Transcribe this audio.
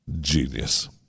genius